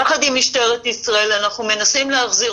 יחד עם משטרת ישראל אנחנו מנסים להחזיר